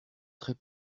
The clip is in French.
très